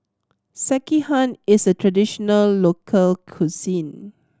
sekihan is a traditional local cuisine